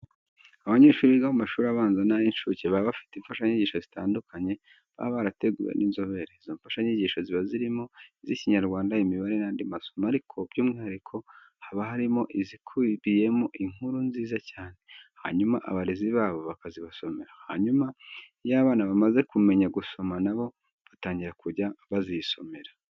Abanyeshuri biga mu mashuri abanza n'ay'incuke baba bafite imfashanyigisho zitandukanye baba barateguriwe n'inzobere. Izo mfashanyigisho ziba zirimo iz'Ikinyarwanda, imibare, n'andi masomo ariko by'umwihariko haba harimo izikubiyemo inkuru nziza cyane, hanyuma abarezi babo bakazibasomera. Hanyuma iyo abo bana bamaze kumenya gusoma na bo batangira kujya bazisomera.